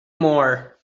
more